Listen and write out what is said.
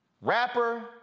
rapper